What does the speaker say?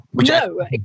No